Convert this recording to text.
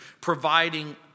providing